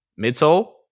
midsole